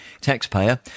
taxpayer